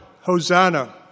Hosanna